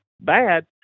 bad